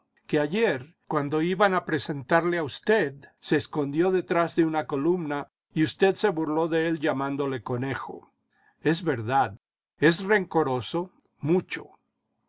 que ayer cuando iban a presentarle a usted se escondió detrás de una columna y usted se burló de él llamándole conejo es verdad es rencoroso mucho